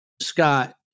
Scott